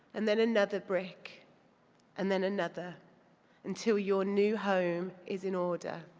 and then another brick and then another until your new home is in order.